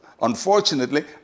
Unfortunately